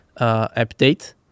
update